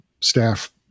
staff